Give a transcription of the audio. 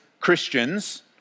Christians